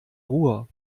ruhr